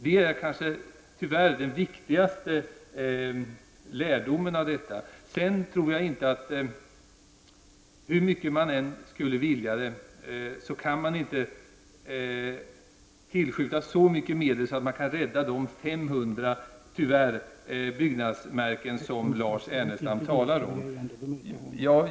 Det är, tyvärr, den viktigaste lärdomen av detta. Hur mycket vi än skulle vilja det, kan vi inte tillskjuta så mycket medel att man kan rädda de 500 byggnadsmärken som Lars Ernestam talade om.